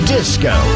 Disco